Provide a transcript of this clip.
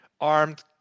armed